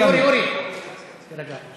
אורי, אורי, אורי, תירגע.